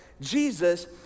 Jesus